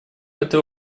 этой